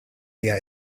lia